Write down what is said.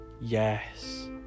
yes